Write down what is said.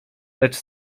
lecz